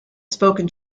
spoken